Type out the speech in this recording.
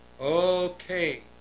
Okay